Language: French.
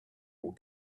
aux